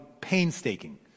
painstaking